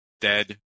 dead